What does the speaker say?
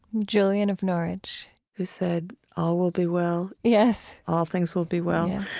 julian of norwich who said, all will be well. yes all things will be well.